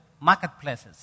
marketplaces